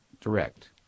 direct